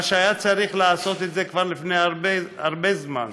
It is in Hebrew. מה שהיה צריך להיעשות כבר לפני הרבה הרבה זמן,